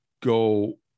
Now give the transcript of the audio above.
go